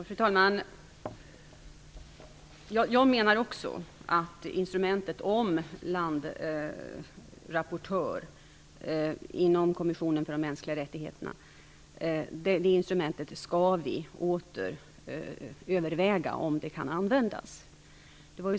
Fru talman! Också jag menar att vi åter skall överväga om instrumentet landrapportör inom kommissionen för de mänskliga rättigheterna kan användas.